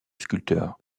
sculpteur